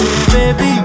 Baby